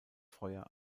feuer